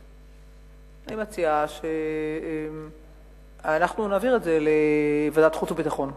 אני מציעה שאנחנו נעביר את זה לוועדת חוץ וביטחון.